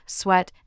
sweat